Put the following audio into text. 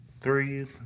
three